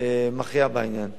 לכן הממשלה מתנגדת